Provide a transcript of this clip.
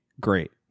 great